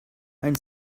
ein